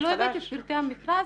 אני לא יודעת את פרטי המכרז.